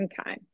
Okay